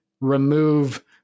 remove